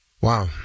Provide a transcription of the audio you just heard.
Wow